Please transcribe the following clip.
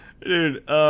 Dude